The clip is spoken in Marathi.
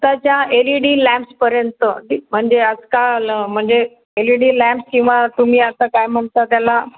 आताच्या एल ई डी लॅम्प्सपर्यंत म्हणजे आजकाल म्हणजे एल ई डी लॅम्प्स किंवा तुम्ही आता काय म्हणता त्याला